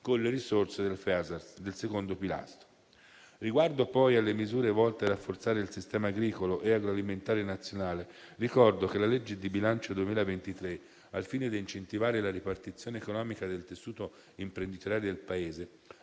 Fondo europeo di sviluppo regionale. Riguardo poi alle misure volte a rafforzare il sistema agricolo e agroalimentare nazionale, ricordo che la legge di bilancio 2023, al fine di incentivare la ripartizione economica del tessuto imprenditoriale del Paese,